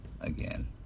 again